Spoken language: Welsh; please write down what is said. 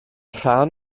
rhan